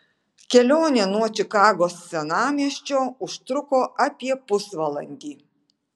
kelionė nuo čikagos senamiesčio užtruko apie pusvalandį